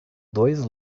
dois